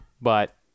But-